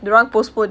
dia orang postpone